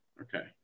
Okay